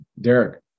derek